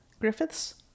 Griffiths